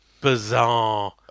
bizarre